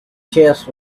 chest